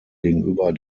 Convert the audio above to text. gegenüber